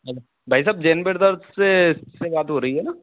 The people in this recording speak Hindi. भाई साहब जैन ब्रदर्स से से बात हो रही है ना